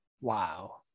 Wow